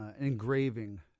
engraving